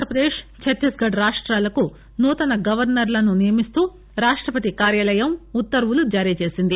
ఆంధ్రప్రదేశ్ ఛత్తీస్ ఘడ్ రాష్టాలకు నూతన గవర్ప ర్ లను నియమిస్తూ రాష్టపతి కార్యాలయం ఉత్తర్వులు జారీ చేసింది